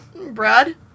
Brad